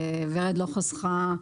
ורד לא חסכה,